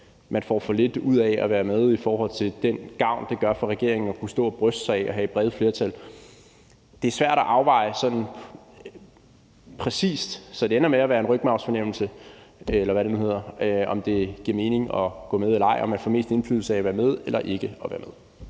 man får for lidt ud af at være med i forhold til den gavn, det gør for regeringen at kunne stå og bryste sig af at have et bredt flertal. Det er svært at afveje sådan præcist, så det ender med at være en rygmarvsfornemmelse, eller hvad det nu hedder, om det giver mening at gå med eller ej, og om man får mest indflydelse ved at være med eller ikke at være med.